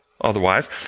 otherwise